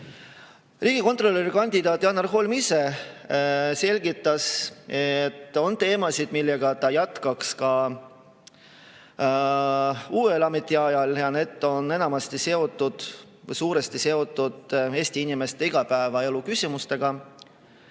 Riigikontrolöri kandidaat Janar Holm ise selgitas, et on teemasid, millega ta jätkaks ka uuel ametiajal, ja need on enamasti seotud Eesti inimeste igapäevaelu küsimustega.